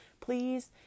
please